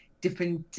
different